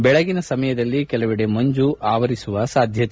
ಬೆಳಗಿನ ಸಮಯದಲ್ಲಿ ಕೆಲವೆಡೆ ಮಂಜು ಆವರಿಸುವ ಸಾಧ್ಯತೆ